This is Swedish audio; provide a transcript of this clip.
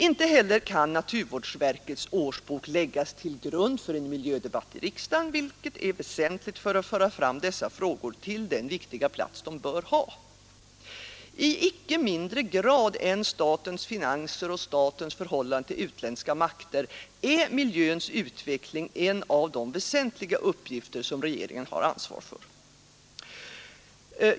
Inte heller kan naturvårdsverkets årsbok läggas till grund för en miljödebatt i riksdagen, något som är väsentligt för att föra fram dessa frågor till den viktiga plats de bör ha. I icke mindre grad än statens finanser och statens förhållande till utländska makter är miljöns utveckling en av de väsentliga uppgifter som regeringen har ansvar för.